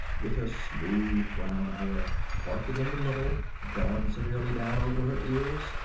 with her smooth brown hair parted in the middle, drawn severely down over her ears,